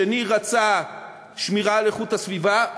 השני רצה שמירה על איכות הסביבה,